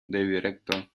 director